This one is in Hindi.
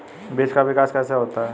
बीज का विकास कैसे होता है?